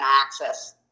access